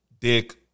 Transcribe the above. dick